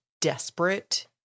desperate